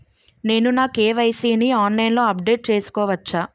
నేను నా కే.వై.సీ ని ఆన్లైన్ లో అప్డేట్ చేసుకోవచ్చా?